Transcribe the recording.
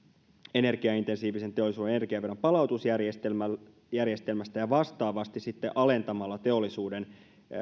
energiaintensiivisen teollisuuden energiaveron palautusjärjestelmästä ja vastaavasti sitten alentamalla teollisuuden